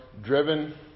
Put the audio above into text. driven